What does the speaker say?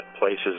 places